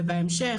ובהמשך,